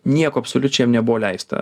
nieko absoliučiai jam nebuvo leista